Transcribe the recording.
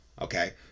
okay